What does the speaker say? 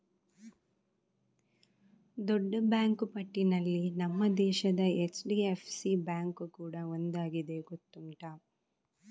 ದೊಡ್ಡ ಬ್ಯಾಂಕು ಪಟ್ಟಿನಲ್ಲಿ ನಮ್ಮ ದೇಶದ ಎಚ್.ಡಿ.ಎಫ್.ಸಿ ಬ್ಯಾಂಕು ಕೂಡಾ ಒಂದಾಗಿದೆ ಗೊತ್ತುಂಟಾ